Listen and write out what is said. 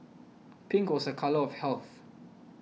pink was a colour of health